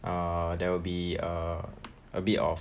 err there will be err a bit of